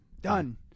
Done